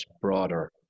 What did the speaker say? broader